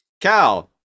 cal